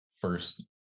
first